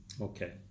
Okay